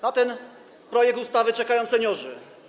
Na ten projekt ustawy czekają seniorzy.